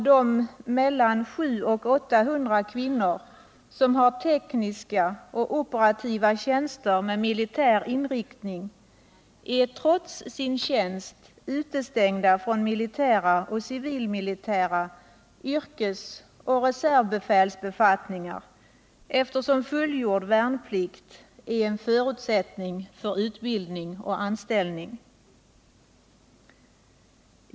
De omkring 700-800 kvinnor som har tekniska och operativa tjänster med militär inriktning är trots sin tjänst utestängda från militära och civilmilitära yrkesoch reservbefälsbefattningar, eftersom fullgjord värnplikt är en förutsättning för utbildning och anställning.